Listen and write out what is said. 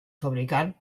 fabricant